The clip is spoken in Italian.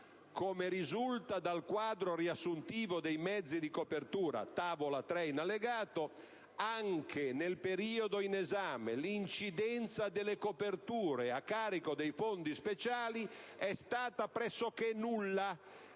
«come risulta dal quadro riassuntivo dei mezzi di copertura - tavola 3 in allegato - anche nel periodo in esame l'incidenza delle coperture a carico dei fondi speciali è stata pressoché nulla